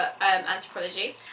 anthropology